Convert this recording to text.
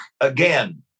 again